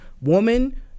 Woman